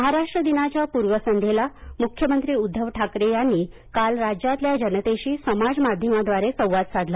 महाराष्ट्र दिनाच्या पूर्वसंध्येला मुख्यमंत्री उद्धव ठाकरे यांनीकाल राज्यातल्या जनतेशी समाज माध्यमाद्वारे संवाद साधला